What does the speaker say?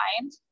mind